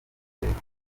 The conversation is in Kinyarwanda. kwizera